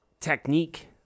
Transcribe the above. technique